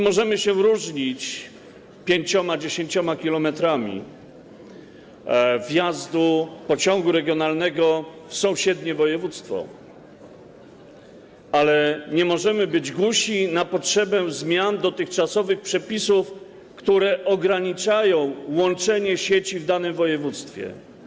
Możemy się różnić pięcioma, dziesięcioma kilometrami wjazdu pociągu regionalnego do sąsiedniego województwa, ale nie możemy być głusi na potrzebę zmian dotychczasowych przepisów, które ograniczają łączenie sieci w danym województwie.